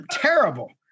terrible